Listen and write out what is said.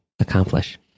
accomplish